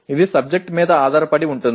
ఇది సబ్జెక్ట్ మీద ఆధారపడి ఉంటుంది